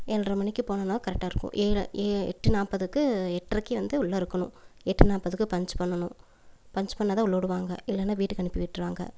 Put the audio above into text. ஏழ்ரை மணிக்கு போனேனால் கரெட்டாக இருக்கும் ஏ ஏழ் எட்டு நாற்பதுக்கு எட்ரைக்கி வந்து உள்ளே இருக்கணும் எட்டு நாற்பத்துக்கு பன்ச் பண்ணணும் பன்ச் பண்ணால்தான் உள்ளே விடுவாங்க இல்லைனா வீட்டுக்கு அனுப்பி விட்டுருவாங்க